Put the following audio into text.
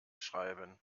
schreiben